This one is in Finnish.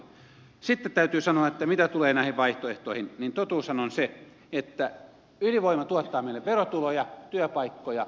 sitten täytyy sanoa että mitä tulee näihin vaihtoehtoihin niin totuushan on se että ydinvoima tuottaa meille verotuloja työpaikkoja